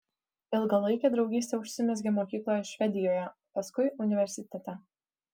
ilgalaikė draugystė užsimezgė mokykloje švedijoje paskui universitete